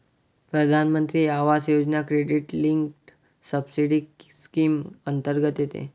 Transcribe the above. प्रधानमंत्री Awas Yojana credit linked subsidy scheme अंतर्गत येते